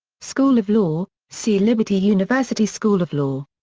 school of law see liberty university school of law.